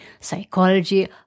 psychology